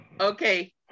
okay